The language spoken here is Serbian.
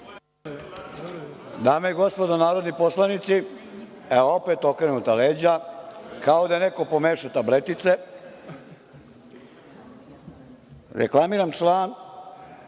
Dame i gospodo narodni poslanici, evo, opet okrenuta leđa, kao da je neko pomešao tabletice. Reklamiram čl.